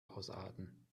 ausarten